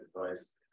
advice